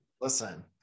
Listen